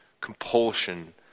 compulsion